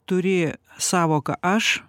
turi sąvoką aš